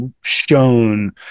shown